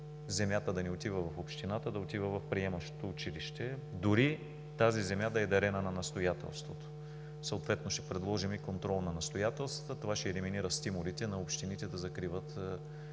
земята да не отива в общината, да отива в приемащото училище, дори тази земя да е дарена на настоятелството. Съответно ще предложим и контрол на настоятелствата. Това ще елиминира стимулите на общините да закриват